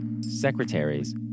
secretaries